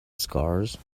scars